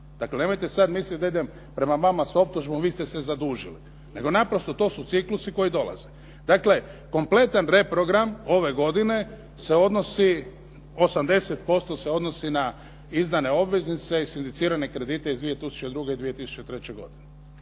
Dakle, nemojte sad misliti da idem prema vama sa optužbom vi ste se zadužili nego naprosto to su ciklusi koji dolaze. Dakle, kompletan reprogram ove godine 80% se odnosi na izdane obveznice i …/Govornik se ne razumije./… kredite iz 2002. i 2003. godine.